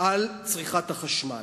על צריכת החשמל.